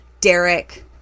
Derek